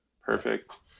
Perfect